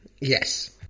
Yes